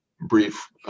brief